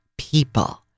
people